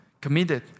committed